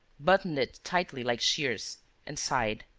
buttoned it tightly like shears's and sighed